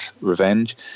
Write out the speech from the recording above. Revenge